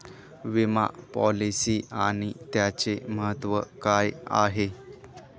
विमा पॉलिसी आणि त्याचे महत्व काय आहे?